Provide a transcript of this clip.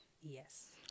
Yes